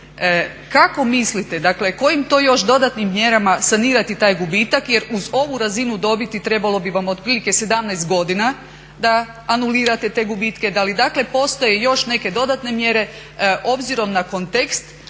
kako mislite, dakle kojim to još dodatnim mjerama sanirati taj gubitak jer uz ovu razinu dobiti trebalo bi vam otprilike 17 godina da anulirate te gubitke. Da li, dakle postoje još neke dodatne mjere obzirom na kontekst